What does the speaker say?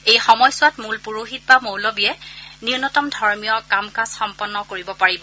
এই সময়ছোৱাত মূল পুৰোহিত বা মৌলবীয়ে ন্যূনতম ধৰ্মীয় কাম কাজ সম্পন্ন কৰিব পাৰিব